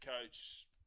coach